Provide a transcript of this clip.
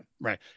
Right